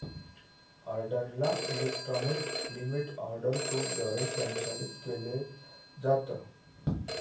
ऑर्डरला electronic limit order book द्वारे संचालित केलं जातं